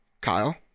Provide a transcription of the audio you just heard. Kyle